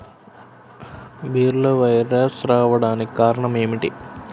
బీరలో వైరస్ రావడానికి కారణం ఏమిటి?